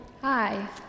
Hi